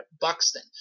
Buxton